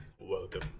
welcome